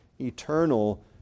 eternal